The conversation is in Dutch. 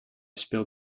speelt